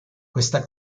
questa